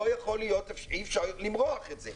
אי אפשר למרוח את זה,